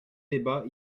débat